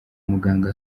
muganga